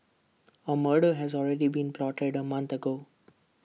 A murder has already been plotted A month ago